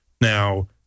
now